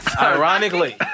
Ironically